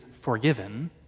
forgiven